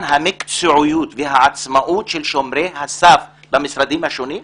המקצועיות והמקצועיות של שומרי הסף במשרדים השונים?